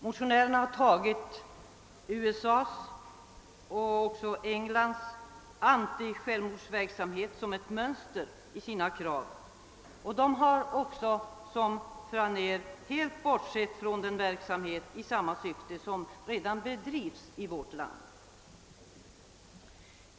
Motionärerna har tagit USA:s och Englands antisjälvmordsverksamhet som ett mönster vid utformandet av sina krav, och de har också i likhet med fru Anér helt bortsett från den verksamhet i samma syfte som redan bedrivs i vårt land.